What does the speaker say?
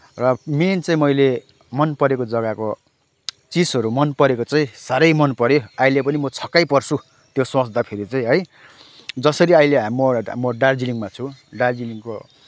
र मेन चाहिँ मैले मनपरेको जग्गाको चिजहरू चाहिँ मनपरेको चाहिँ साह्रै मन पऱ्यो अहिले पनि म छक्कै पर्छु त्यो सोच्दाखेरि चाहिँ है जसरी अहिले म दार्जिलिङमा छु दार्जिलिङको